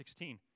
16